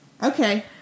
Okay